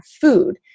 food